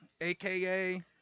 aka